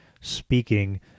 speaking